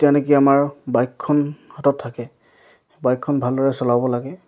তেতিয়া নেকি আমাৰ বাইকখন হাতত থাকে বাইকখন ভালদৰে চলাব লাগে